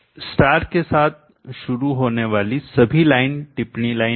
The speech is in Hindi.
स्टार के साथ शुरू होने वाली सभी लाइन टिप्पणी लाइनें हैं